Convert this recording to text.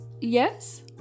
yes